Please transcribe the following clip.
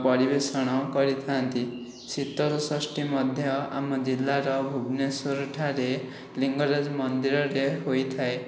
ପରିବେଷଣ କରିଥାନ୍ତି ଶୀତଳଷଷ୍ଠୀ ମଧ୍ୟ ଆମ ଜିଲ୍ଲାର ଭୁବନେଶ୍ୱର ଠାରେ ଲିଙ୍ଗରାଜ ମନ୍ଦିରରେ ହୋଇଥାଏ